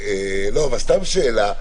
סתם שאלה,